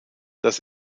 das